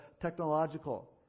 technological